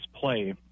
play